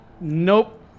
Nope